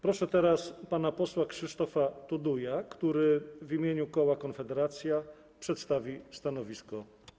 Proszę teraz pana posła Krzysztofa Tuduja, który w imieniu koła Konfederacja przedstawi stanowisko.